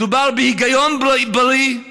מדובר בהיגיון בריא,